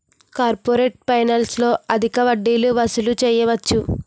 corporate ఫైనాన్స్లో అధిక వడ్డీలు వసూలు చేయవచ్చు